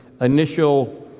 initial